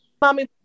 Mommy